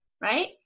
right